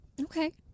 Okay